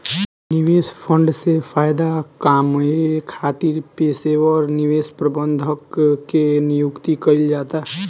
निवेश फंड से फायदा कामये खातिर पेशेवर निवेश प्रबंधक के नियुक्ति कईल जाता